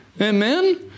Amen